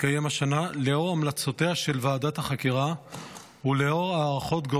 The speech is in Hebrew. השנה לאור המלצותיה של ועדת החקירה ולאור הערכות גורמי